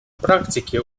практике